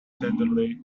tenderly